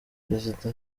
perezida